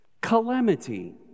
Calamity